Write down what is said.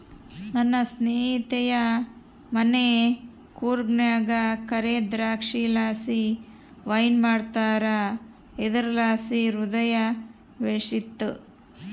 ನನ್ನ ಸ್ನೇಹಿತೆಯ ಮನೆ ಕೂರ್ಗ್ನಾಗ ಕರೇ ದ್ರಾಕ್ಷಿಲಾಸಿ ವೈನ್ ಮಾಡ್ತಾರ ಇದುರ್ಲಾಸಿ ಹೃದಯ ಬೇಶಿತ್ತು